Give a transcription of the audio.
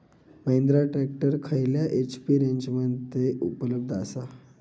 Mahindra tractor खयल्या HP रेंजमध्ये उपलब्ध आसा?